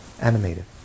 animated